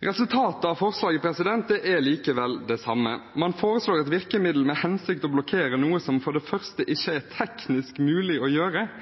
Resultatet av forslaget er likevel det samme. Man foreslår et virkemiddel med hensikt å blokkere noe som for det første ikke er teknisk mulig å gjøre –